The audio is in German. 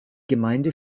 gemeinde